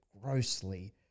grossly